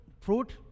fruit